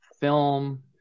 film